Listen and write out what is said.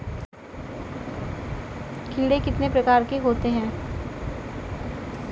कीड़े कितने प्रकार के होते हैं?